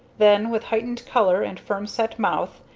then with heightened color and firm-set mouth,